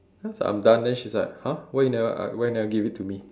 I'm done then she's like !huh! why you never uh why you never give it to me